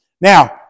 Now